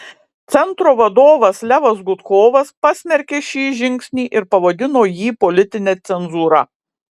centro vadovas levas gudkovas pasmerkė šį žingsnį ir pavadino jį politine cenzūra